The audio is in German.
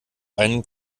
einen